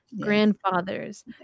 grandfathers